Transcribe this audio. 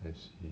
I see